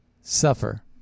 suffer